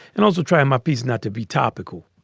and also try my peace not to be topical.